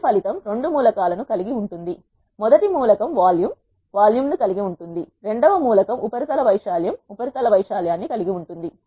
ఈ ఫలితం రెండు మూలకాలను కలిగి ఉంటుంది మొదటి మూలకం వాల్యూమ్ వాల్యూమ్ ను కలిగి ఉంటుంది రెండవ మూలకం ఉపరితల వైశాల్యం ఉపరితల వైశాల్యాన్ని కలిగి ఉంటుంది